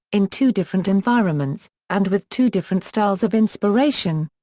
in two different environments, and with two different styles of inspiration.